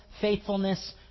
faithfulness